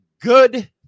good